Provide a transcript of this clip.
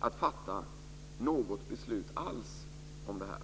att fatta något beslut alls om detta.